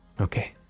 Okay